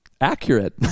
accurate